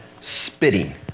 spitting